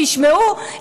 תשמעו,